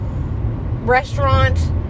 restaurant